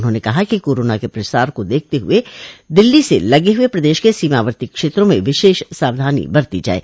उन्होंने कहा कि कोरोना के प्रसार को देखते हुए दिल्ली से लगे हुए प्रदेश के सीमावर्ती क्षेत्रों में विशेष सावधानी बरती जाये